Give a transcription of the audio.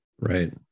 Right